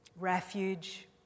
refuge